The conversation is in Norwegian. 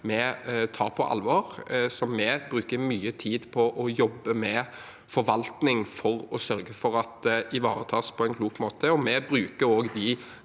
vi tar på alvor, og vi bruker mye tid på å jobbe med forvaltning for å sørge for at de ivaretas på en klok måte. Vi bruker også de